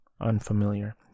Unfamiliar